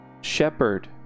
shepherd